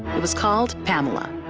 it was called pamela.